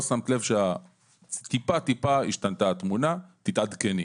לא שמת לב שטיפה השתנתה התמונה, תתעדכני.